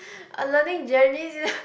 a learning journey too